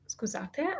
Scusate